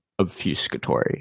Obfuscatory